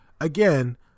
again